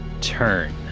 turn